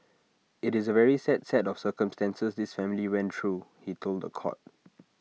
IT is A very sad set of circumstances this family went through he told The Court